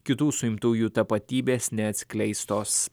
kitų suimtųjų tapatybės neatskleistos